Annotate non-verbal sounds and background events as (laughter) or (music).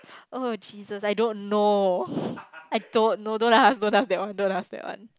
oh Jesus I don't know (breath) I don't know don't ask don't ask that one don't ask that one